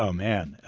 um man,